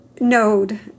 node